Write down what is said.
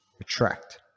attract